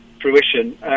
fruition